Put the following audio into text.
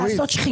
לעשות שחיתות?